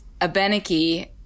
Abenaki